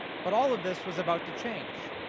but all of this was about to change.